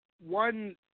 one